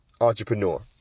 entrepreneur